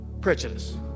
prejudice